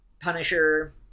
Punisher